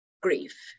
grief